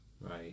right